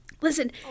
Listen